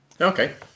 Okay